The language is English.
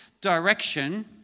direction